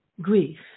grief